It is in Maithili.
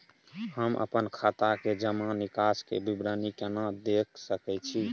हम अपन खाता के जमा निकास के विवरणी केना देख सकै छी?